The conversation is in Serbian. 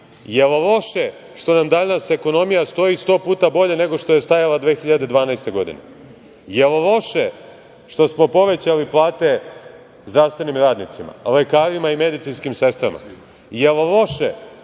je loše što nam danas ekonomija stoji sto puta bolje, nego što je stajala 2012. godine? Da li je loše što smo povećali plate zdravstvenim radnicima, lekarima i medicinskim sestrama? Da li